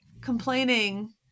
complaining